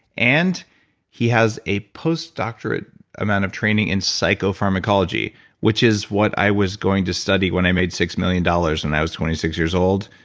and he has a post doctorate amount of training in psychopharmacology which is what i was going to study when i made six million dollars when and i was twenty six years old.